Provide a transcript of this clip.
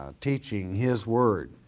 ah teaching his word.